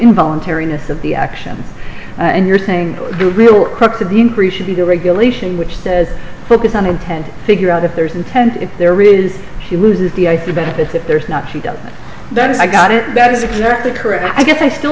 involuntary north of the action and you're saying the real crux of the increase should be the regulation which says focus on intent figure out if there's intent if there is he loses the eye for benefit if there is not he does that is i got it that is exactly correct i guess i still